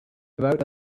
about